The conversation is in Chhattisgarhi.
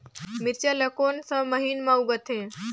मिरचा ला कोन सा महीन मां उगथे?